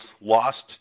lost